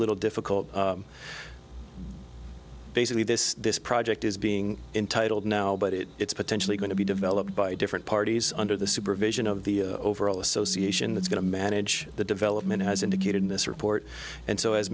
little difficult basically this this project is being entitled now but it is potentially going to be developed by different parties under the supervision of the overall association that's going to manage the development as indicated in this report and so as